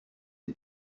des